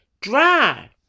Dry